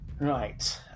Right